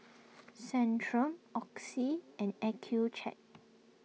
Centrum Oxy and Accucheck